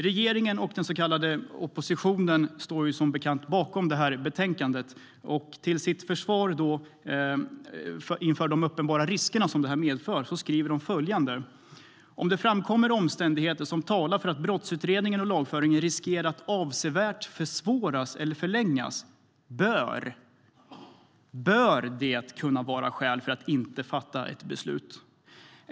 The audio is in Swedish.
Regeringen och den så kallade oppositionen står som bekant bakom det här betänkandet. Till sitt försvar inför de uppenbara riskerna skriver de följande: "Om det framkommer omständigheter som talar för att brottsutredningen och lagföringen riskerar att avsevärt försvåras eller förlängas, bör det kunna vara skäl för att inte fatta ett beslut.